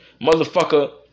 Motherfucker